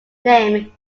name